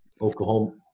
Oklahoma